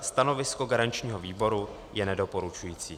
Stanovisko garančního výboru je nedoporučující.